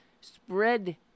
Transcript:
Spread